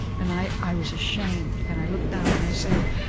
and i i was ashamed, and i looked down and i said,